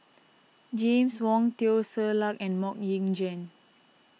James Wong Teo Ser Luck and Mok Ying Jang